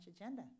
agenda